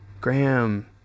Graham